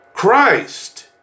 Christ